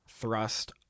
thrust